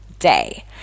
day